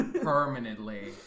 permanently